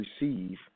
Receive